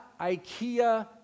IKEA